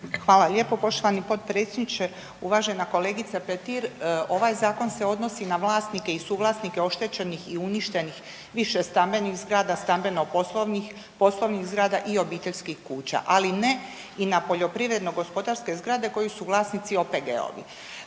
Hvala lijepo poštovani potpredsjedniče. Uvažena kolegice Petir, ovaj zakon se odnosi na vlasnike i suvlasnike oštećenih i uništenih više stambenih zgrada, stambeno-poslovnih, poslovnih zgrada i obiteljskih kuća ali ne i na poljoprivredno-gospodarske zgrade kojih su vlasnici OPG-ovi.